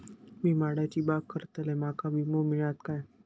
मी माडाची बाग करतंय माका विमो मिळात काय?